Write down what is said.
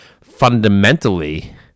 fundamentally